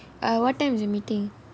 err what time is your meeting